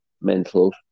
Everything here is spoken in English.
Mental